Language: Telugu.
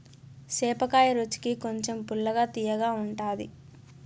సేపకాయ రుచికి కొంచెం పుల్లగా, తియ్యగా ఉంటాది